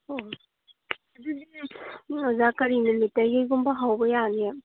ꯑꯣ ꯑꯗꯨꯗꯤ ꯑꯣꯖꯥ ꯀꯔꯤ ꯅꯨꯃꯤꯠꯇꯒꯤꯒꯨꯝꯕ ꯍꯧꯕ ꯌꯥꯅꯤ